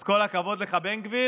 אז כל הכבוד לך, בן גביר,